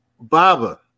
baba